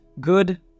good